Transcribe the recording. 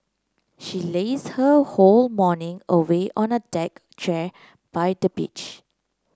she laze her whole morning away on a deck chair by the beach